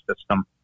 system